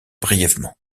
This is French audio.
brièvement